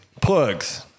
plugs